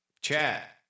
chat